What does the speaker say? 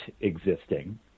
existing